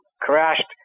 crashed